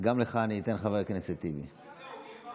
גם לך אני אתן, חבר הכנסת טיבי, וזהו.